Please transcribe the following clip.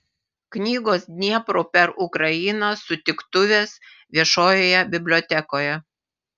knygos dniepru per ukrainą sutiktuvės viešojoje bibliotekoje